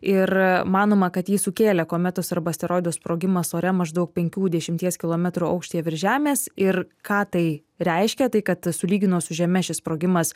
ir manoma kad jį sukėlė kometos arba asteroido sprogimas ore maždaug penkių dešimties kilometrų aukštyje virš žemės ir ką tai reiškia tai kad sulygino su žeme šis sprogimas